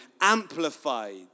amplified